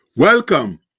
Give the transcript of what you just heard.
Welcome